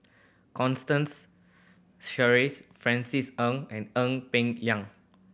Constance Sheares Francis Ng and Ee Peng Liang